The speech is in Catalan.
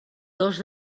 dos